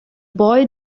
boy